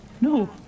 No